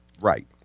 right